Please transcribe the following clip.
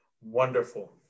Wonderful